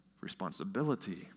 responsibility